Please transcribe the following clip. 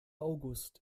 august